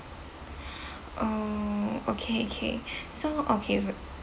oh okay okay so okay